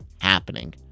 happening